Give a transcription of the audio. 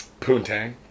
Poontang